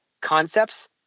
concepts